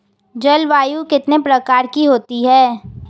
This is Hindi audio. जलवायु कितने प्रकार की होती हैं?